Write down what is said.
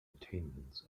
attainments